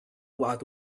what